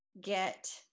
get